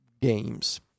games